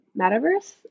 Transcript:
metaverse